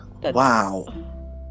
Wow